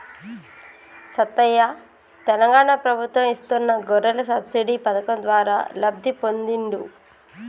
సత్తయ్య తెలంగాణ ప్రభుత్వం ఇస్తున్న గొర్రెల సబ్సిడీ పథకం ద్వారా లబ్ధి పొందిండు